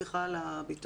סליחה על הביטוי,